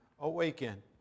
awaken